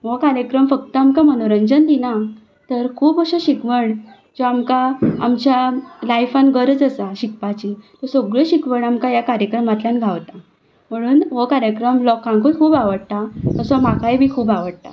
हो कार्यक्रम फक्त आमकां मनोरंजन दिना तर खूब अशें शिकवण जें आमकां आमच्या लायफांत गरज आसा शिकपाची ती सगळी शिकवण आमकां ह्या कार्यक्रमांतल्यान गावता म्हणून हो कार्यक्रम लोकांकूय खूब आवडटा तसो म्हाकाय बी खूब आवडटा